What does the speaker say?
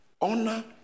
Honor